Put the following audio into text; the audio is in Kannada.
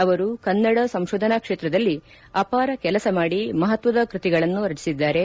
ಅವರು ಕನ್ನಡ ಸಂಶೋಧನಾ ಕ್ಷೇತ್ರದಲ್ಲಿ ಅಪಾರ ಕೆಲಸ ಮಾಡಿ ಮಪತ್ವದ ಕೃತಿಗಳನ್ನು ರಚಿಸಿದ್ದಾರೆ